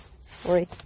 Sorry